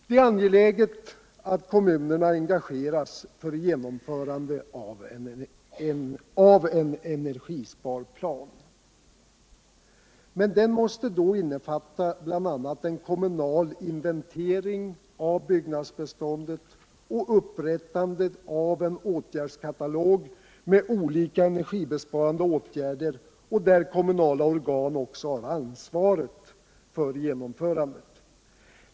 Det är angeläget att kommunerna engageras för genomförandet av en energisparplan. Men denna måste då innefatia bl.a. on kommunal inventering av byggnadsbeståndet och et upprättande av en åtgärdskatalog med olika energibesparande åtgärder, där kommunala organ har ansvaret för genomförandet.